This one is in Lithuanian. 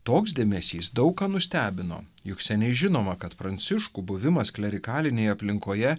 toks dėmesys daug ką nustebino juk seniai žinoma kad pranciškų buvimas klerikalinėje aplinkoje